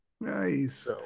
nice